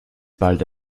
bald